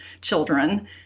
children